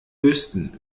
wüssten